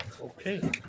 Okay